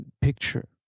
picture